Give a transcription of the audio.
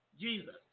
Jesus